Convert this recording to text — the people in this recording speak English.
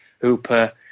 Hooper